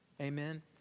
Amen